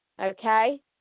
okay